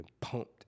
pumped